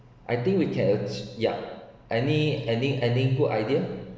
I think we can achie~ ya any any any good idea